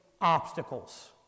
obstacles